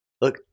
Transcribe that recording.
Look